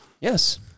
Yes